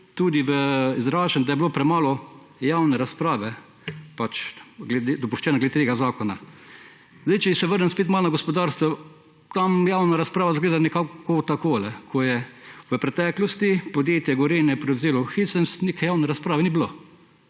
tudi izražen, da je bilo premalo javne razprave glede tega zakona. Če se vrnem spet na gospodarstvo. Tam javna razprava izgleda nekako takole, ko je v preteklosti podjetje Gorenje prevzel Hisense, javne razprave ni bilo.